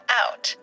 out